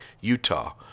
Utah